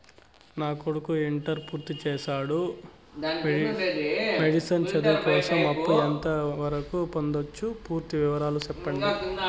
నా కొడుకు ఇంటర్ పూర్తి చేసాడు, మెడిసిన్ చదువు కోసం అప్పు ఎంత వరకు పొందొచ్చు? పూర్తి వివరాలు సెప్పండీ?